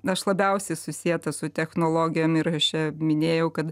aš labiausiai susieta su technologijom ir aš čia minėjau kad